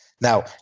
Now